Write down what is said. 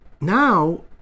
now